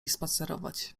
spacerować